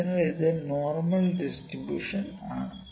അതിനാൽ ഇത് normal distribution ആണ്